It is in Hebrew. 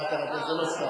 זה לא סתם,